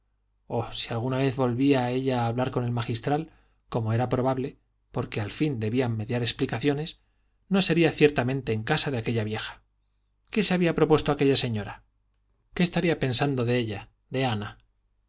oh si alguna vez volvía ella a hablar con el magistral como era probable porque al fin debían mediar explicaciones no sería ciertamente en casa de aquella vieja qué se había propuesto aquella señora qué estaría pensando de ella de ana